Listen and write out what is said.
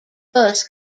bus